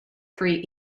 three